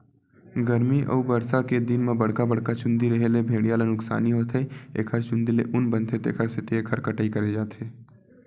गरमी अउ बरसा के दिन म बड़का बड़का चूंदी रेहे ले भेड़िया ल नुकसानी होथे एखर चूंदी ले ऊन बनथे तेखर सेती एखर कटई करे जाथे